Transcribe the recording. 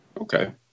Okay